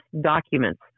documents